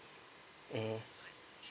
mmhmm